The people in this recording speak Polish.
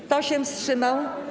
Kto się wstrzymał?